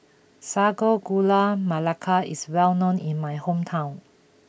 Sago Gula Melaka is well known in my hometown